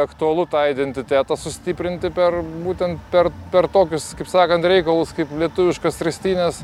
aktualu tą identitetą sustiprinti per būtent per per tokius kaip sakant reikalus kaip lietuviškas ristynes